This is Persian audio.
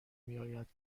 میآید